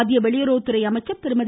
மத்திய வெளியுறவுத்துறை அமைச்சர் திருமதி